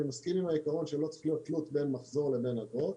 אני מסכים עם העיקרון שלא צריך להיות תלות בין מחזור לבין אגרות.